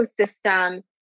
ecosystem